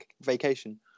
vacation